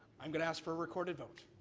i'm going to ask for a recorded vote,